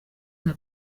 bwa